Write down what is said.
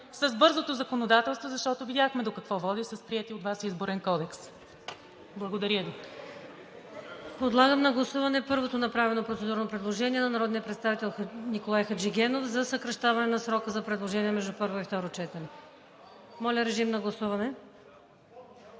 с бързото законодателство, защото видяхме до какво води с приетия от Вас Изборен кодекс. Благодаря Ви.